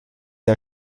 der